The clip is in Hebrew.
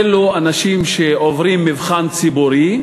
אלו אנשים שעוברים מבחן ציבורי,